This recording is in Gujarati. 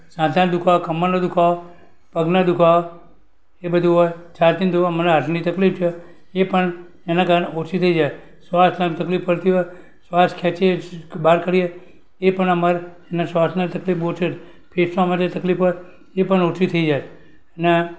સાંધાના દુખાવો કમરનો દુખાવો પગનો દુખાવા એ બધું અવે છાતીના દુખાવા મને હાર્ટની તકલીફ છે એ પણ એના કારણે ઓછી થય જાય શ્વાસ લેવામાં તકલીફ પડતી હોય શ્વાસ ખેંચીને બહાર કરીએ એ પણ અમારે એના શ્વાસની તકલીફ બહુ છે ફેફસામાં અમારે તકલીફ હોય એ પણ ઓછી થઈ જાય ને